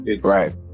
Right